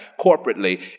corporately